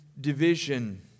division